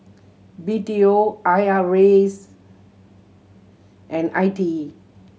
B T O I R A S and I T E